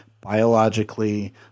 biologically –